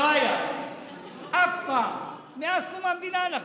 לא היה אף פעם מאז קום המדינה.